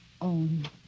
own